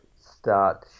start